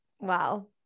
Wow